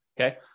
Okay